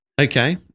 Okay